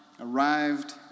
arrived